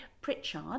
Pritchard